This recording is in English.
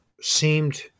seemed